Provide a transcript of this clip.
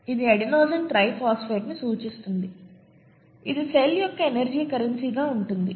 ఇది అడెనోసిన్ ట్రై ఫాస్ఫేట్ని సూచిస్తుంది ఇది సెల్ యొక్క ఎనర్జీ కరెన్సీగా ఉంటుంది